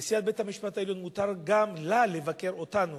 גם לנשיאת בית-המשפט העליון מותר לבקר אותנו,